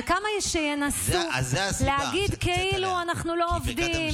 וכמה שינסו להגיד כאילו אנחנו לא עובדים,